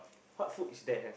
what food is there have